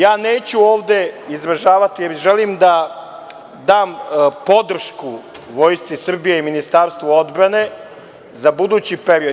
Ja neću ovde izražavati, jer želim da dampodršku Vojsci Srbije i Ministarstvu odbrane za budući period.